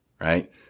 Right